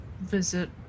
visit